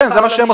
כן, זה בדיוק.